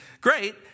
great